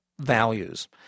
values